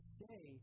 say